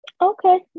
Okay